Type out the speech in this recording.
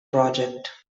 project